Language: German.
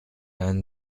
einen